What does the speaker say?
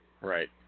Right